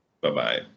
Bye-bye